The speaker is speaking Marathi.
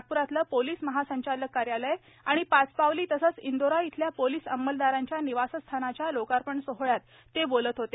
नागपुरातलं पोलीस महासंचालक कार्यालय आणि पाचपावली तसंच इंदोरा इथल्या पोलीस अंमलदारांच्या निवासस्थानाच्या लोकार्पण सोहळ्यात ते बोलत होते